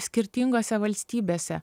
skirtingose valstybėse